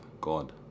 God